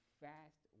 fast